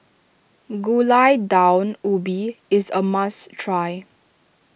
Gulai Daun Ubi is a must try